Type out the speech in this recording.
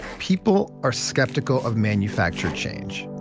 people are skeptical of manufactured change